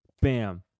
bam